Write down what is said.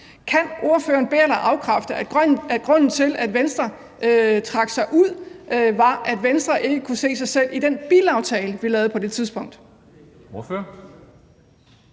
Kan ordføreren be- eller afkræfte, at grunden til, at Venstre trak sig ud, var, at Venstre ikke kunne se sig selv i den bilaftale, vi lavede på det tidspunkt?